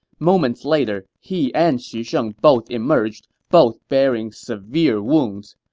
moments later, he and xu sheng both emerged, both bearing severe wounds.